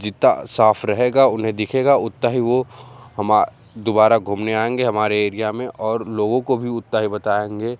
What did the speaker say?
जितना साफ़ रहेगा उन्हें दिखेगा उतना ही वो हमारे दूबारा घूमने आएंगे हमारे एरिया में और लोगों को भी उतना ही बताएंगे